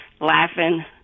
laughing